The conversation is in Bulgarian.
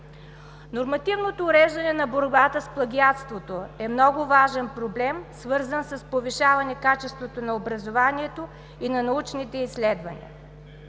Нормативното уреждане на борбата с плагиатството е много важен проблем, свързан с повишаване качеството на образованието и на научните изследвания.